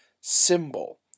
symbol